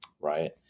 Right